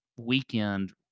weekend